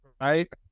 right